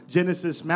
Genesis